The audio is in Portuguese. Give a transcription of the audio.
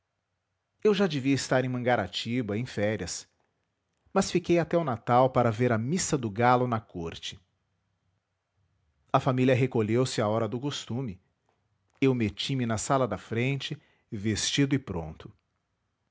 eu já devia estar em mangaratiba em férias mas fiquei até o natal para ver a missa do galo na corte a família recolheu-se à hora do costume eu meti me na sala da frente vestido e pronto